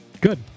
Good